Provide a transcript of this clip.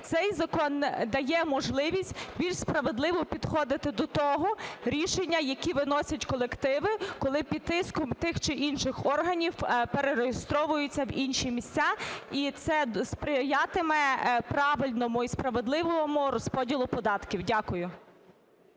Цей закон дає можливість більш справедливо підходити до того рішення, які виносять колективи коли під тиском тих чи інших органів перереєстровуються в інші місця. І це сприятиме правильному і справедливому розподілу податків. Дякую.